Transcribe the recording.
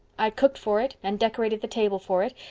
i cooked for it. and decorated the table for it.